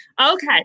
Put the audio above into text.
Okay